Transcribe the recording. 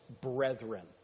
brethren